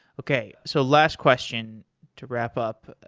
okay. so last question to wrap up,